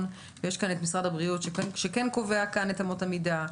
ויש כאן את משרד הבריאות שכן קובע כאן את אמות המידה,